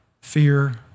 fear